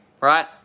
right